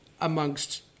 amongst